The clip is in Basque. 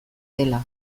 dela